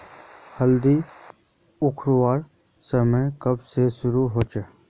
हल्दी उखरवार समय कब से शुरू होचए?